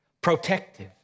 Protective